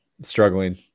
struggling